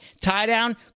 tie-down